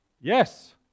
yes